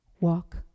Walk